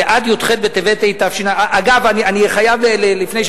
ועד י"ח בטבת, אגב, אנחנו